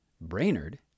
Brainerd